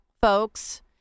folks